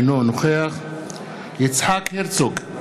אינו נוכח יצחק הרצוג,